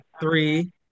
three